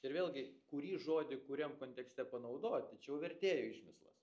ir vėlgi kurį žodį kuriam kontekste panaudoti čia jau vertėjo išmislas